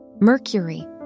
Mercury